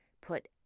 put